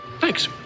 Thanks